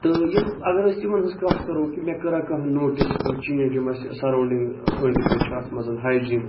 تہٕ یِم اَگر أسۍ یِمن ہنز کَتھ کرو کہِ مےٚ کٔرا کانہہ نوٹِس کانٛہہ جینج یِم اَسہِ سراونڈِنگ أنٛدۍ پٔکۍ چھِ اَتھ منٛز ہایجیٖن